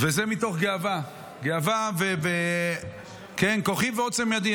וזה מתוך גאווה, גאווה וכוחי ועוצם ידי.